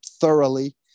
thoroughly